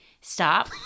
Stop